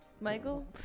Michael